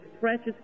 precious